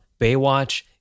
Baywatch